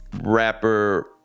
rapper